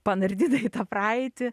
panardina į tą praeitį